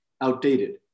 outdated